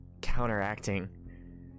counteracting